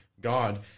God